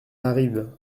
arrive